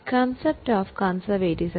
എന്താണ് concept of conservatism